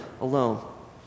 alone